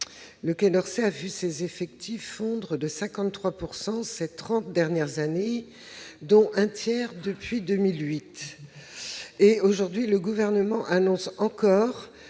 Le Quai d'Orsay a vu ses effectifs fondre de 53 % ces trente dernières années, dont un tiers depuis 2008. Aujourd'hui, le Gouvernement annonce encore